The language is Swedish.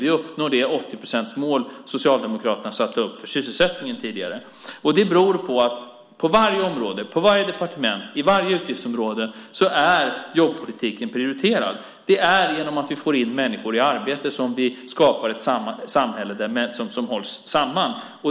Vi uppnår det 80-procentsmål som Socialdemokraterna satte upp för sysselsättningen tidigare. Det beror på att vi prioriterar jobbpolitiken på varje departement och på varje utgiftsområde. Genom att få människor i arbete skapar vi ett samhälle som hålls samman.